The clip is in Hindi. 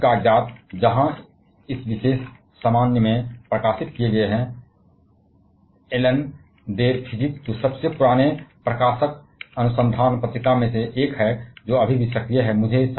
उनके सभी कागजात जहां इस विशेष सामान्य में प्रकाशित किए गए हैं एनलन डेर फिजिक जो सबसे पुरानी प्रकाशन अनुसंधान पत्रिका में से एक है जो अभी भी सक्रिय है